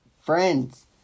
friends